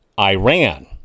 Iran